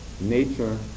nature